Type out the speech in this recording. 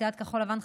סיעת כחול לבן,